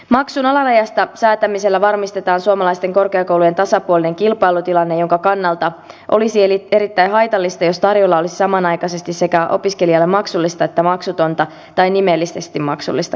maksun alarajasta säätämisellä varmistetaan suomalaisten korkeakoulujen tasapuolinen kilpailutilanne jonka kannalta olisi erittäin haitallista jos tarjolla olisi samanaikaisesti sekä opiskelijalle maksullista että maksutonta tai nimellisesti maksullista koulutusta